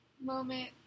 moment